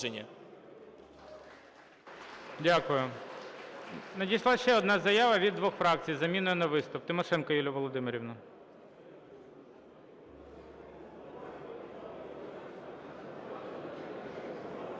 Дякую. Надійшла ще одна заява від двох фракцій з заміною на виступ. Тимошенко Юлія Володимирівна.